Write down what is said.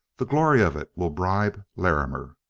the glory of it will bribe larrimer.